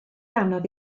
anodd